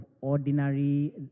ordinary